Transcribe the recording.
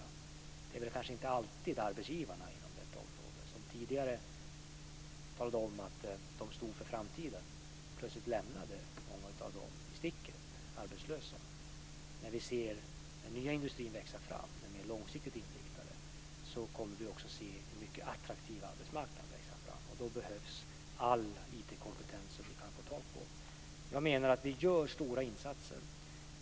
Det var väl kanske inte alltid så att arbetsgivarna inom detta område, som tidigare talade om att de stod för framtiden, plötsligt lämnade många i sticket som arbetslösa. När vi ser den nya mer långsiktigt inriktade industrin växa fram, kommer vi också att se en mycket attraktiv arbetsmarknad växa fram. Då behövs all IT-kompetens som vi kan få tag på. Jag menar att vi gör stora insatser.